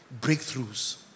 breakthroughs